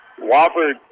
Whopper